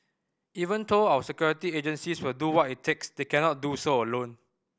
even though our security agencies will do what it takes they cannot do so alone